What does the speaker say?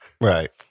Right